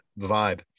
vibe